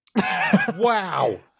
Wow